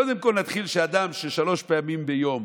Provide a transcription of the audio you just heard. קודם כול, נתחיל מזה שבן אדם שלוש פעמים ביום,